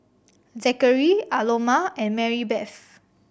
Zackary Aloma and Marybeth